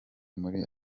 muri